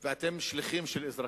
ואתם שליחים של אזרחים,